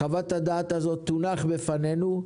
חוות הדעת הזאת תונח בפנינו.